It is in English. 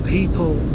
People